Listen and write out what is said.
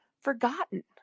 forgotten